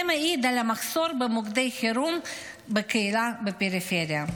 זה מעיד על המחסור במוקדי חירום בקהילה בפריפריה.